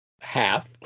Half